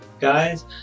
guys